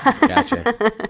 Gotcha